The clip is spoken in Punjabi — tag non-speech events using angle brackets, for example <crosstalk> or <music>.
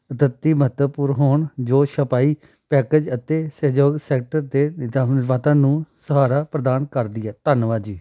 ਉਦੱਤੀ ਮਹੱਤਵਪੂਰਨ ਹੋਣ ਜੋ ਛਪਾਈ ਪੈਕੇਜ਼ ਅਤੇ ਸਹਿਯੋਗ ਸੈਕਟਰ ਦੇ <unintelligible> ਨੂੰ ਸਹਾਰਾ ਪ੍ਰਦਾਨ ਕਰਦੀ ਹੈ ਧੰਨਵਾਦ ਜੀ